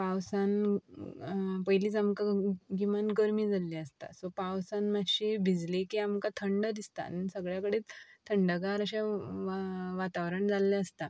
पावसान पयलीच आमकां गिमान गर्मी जाल्ली आसता सो पावसान मातशी बिजली की आमकां थंड दिसता आनी सगळ्या कडे थंडगार अशें वा वातावरण जाल्ले आसता